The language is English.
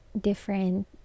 different